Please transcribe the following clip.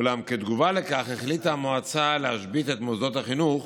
אולם כתגובה לכך החליטה המועצה להשבית את מוסדות החינוך